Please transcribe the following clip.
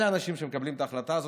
אלה האנשים שמקבלים את ההחלטה הזאת,